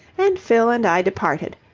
and fill and i departed.